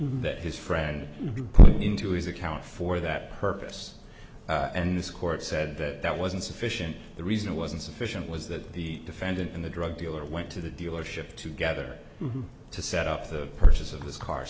that his friend put into his account for that purpose and this court said that that wasn't sufficient the reason it wasn't sufficient was that the defendant and the drug dealer went to the dealership to gather to set up the purchase of this car